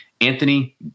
Anthony